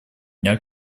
дня